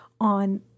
on